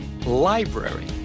library